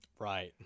Right